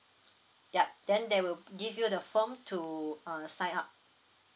yup then they will give you the form to uh sign up